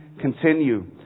continue